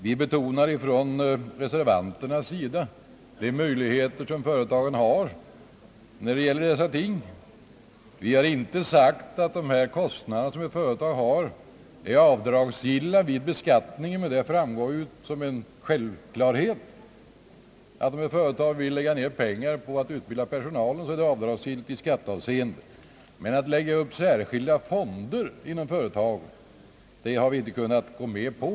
Vi betonar från reservanternas sida de möjligheter som företagen har när det gäller dessa ting. Vi har dock inte ansett oss böra särskilt påpeka att de här kostnaderna som ett företag har är avdragsgilla vid beskattningen. Det framgår ju som en självklarhet, att om ett företag vill lägga ned pengar på att utbilda personal så är det avdragsgillt i skattehänseende. Men att medge skattefri avsättning till särskilda fonder inom företagen för detta ändamål har vi inte kunnat gå med på.